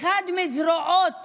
אחד מהזרועות